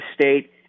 State